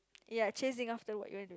ya chasing after work you I do